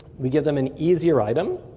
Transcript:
we give them an easier item.